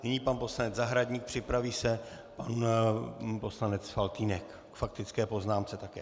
Nyní pan poslanec Zahradník, připraví se pan poslanec Faltýnek k faktické poznámce také.